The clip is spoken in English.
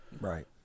Right